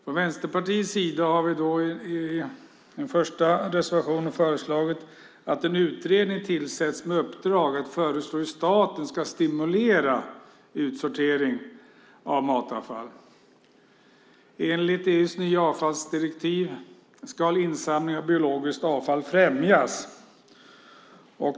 Från Vänsterpartiets sida har vi i den första reservationen föreslagit att en utredning tillsätts med uppdrag att föreslå hur staten kan stimulera utsortering av matavfall. Enligt EU:s nya avfallsdirektiv ska insamling av biologiskt avfall främjas.